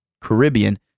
Caribbean